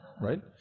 right